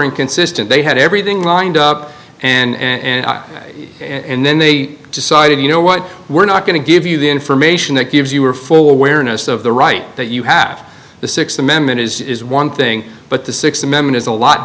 inconsistent they had everything lined up and and then they decided you know what we're not going to give you the information that gives you were full awareness of the right that you have the sixth amendment is one thing but the sixth amendment is a lot